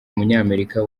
umunyamerika